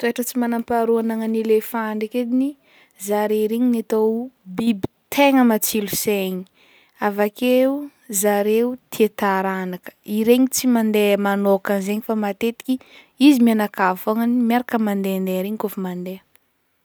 Toetra tsy manampaharoa anagnan'ny elephant ndreky ediny zare regny gny atao biby tegna matsilo saigny avakeo zare tia taranaka regny tsy mandeha manôka zegny fa matetiky izy mianakavy fognany miaraka mandendeha regny kô fa mandeha.